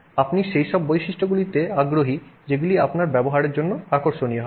আপনি সেইসব বৈশিষ্ট্যগুলিতে আগ্রহী সেগুলি আপনার ব্যবহারের জন্য আকর্ষণীয় হবে